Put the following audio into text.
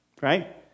Right